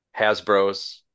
Hasbros